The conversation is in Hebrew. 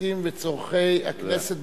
החוקים של מדינת ישראל.